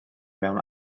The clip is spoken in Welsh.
mewn